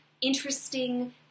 interesting